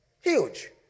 Huge